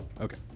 Okay